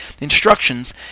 instructions